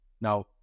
now